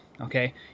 okay